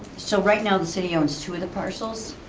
so right now the city owns two of the parcels,